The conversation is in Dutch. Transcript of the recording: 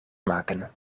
maken